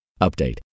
Update